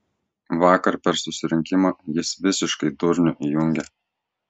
vakar per susirinkimą jis visiškai durnių įjungė